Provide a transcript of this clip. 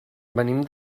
venim